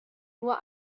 nur